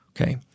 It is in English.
okay